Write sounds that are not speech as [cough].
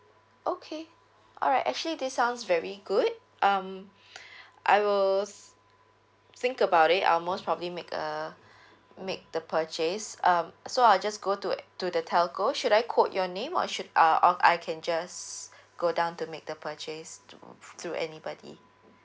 okay alright actually this sounds very good um [breath] I will think about it I'll most probably make a make the purchase um so I just go to to the telco should I quote your name or should uh or I can just go down to make the purchase to through anybody